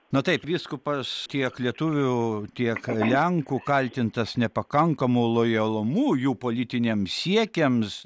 na taip vyskupas tiek lietuvių tiek lenkų kaltintas nepakankamu lojalumu jų politiniams siekiams